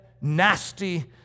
nasty